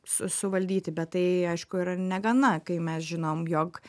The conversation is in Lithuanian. su suvaldyti bet tai aišku yra negana kai mes žinom jog